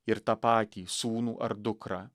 ir tą patį sūnų ar dukrą